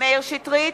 מאיר שטרית,